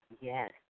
Yes